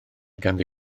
ganddi